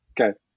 Okay